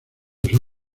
usó